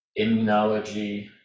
immunology